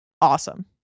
awesome